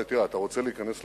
אתה רוצה להיכנס לפוליטיקה?